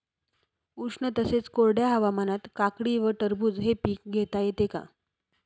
उष्ण तसेच कोरड्या हवामानात काकडी व टरबूज हे पीक घेता येते का?